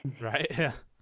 Right